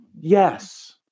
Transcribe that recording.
yes